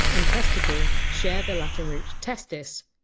and! testicle! share the latin root testis,